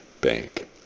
Bank